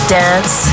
dance